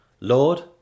Lord